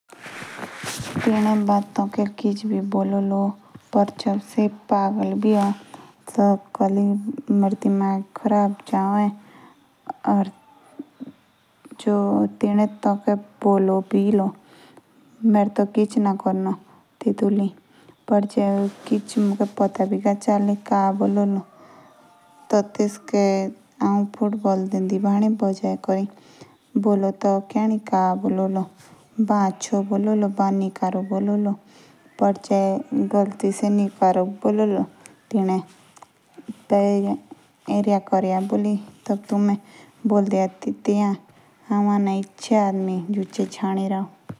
ज्वार बा किच बी बोलो लो। पीआर मेरा ना दिमाग ना ख़राब हो गया या जो टिंडे टोके बोलो बी लो। मेरे तो किच ना करो। पर जे मुके पता बी गा चले। का बोलो लो टाइड। तेस्का हौ फुटबॉल तेदि बड़े बजाये कारी।